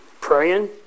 praying